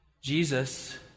Jesus